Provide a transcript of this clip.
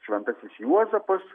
šventasis juozapas